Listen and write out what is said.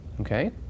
Okay